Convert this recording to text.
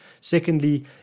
Secondly